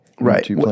Right